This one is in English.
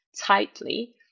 tightly